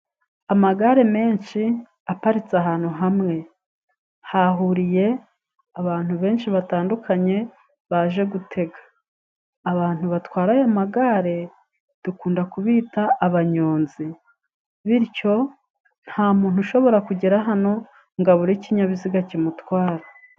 Amagare menshi aparitse ahantu hamwe. Hahuriye abantu benshi batandukanye, baje gutega. Abantu batwara aya magare dukunda kubita abanyonzi, bityo nta muntu ushobora kugera hano ngo abure ikinyabiziga kimutwara.